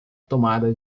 tomada